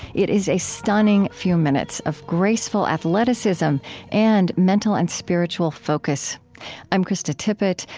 it is a stunning few minutes of graceful athleticism and mental and spiritual focus i'm krista tippett.